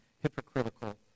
hypocritical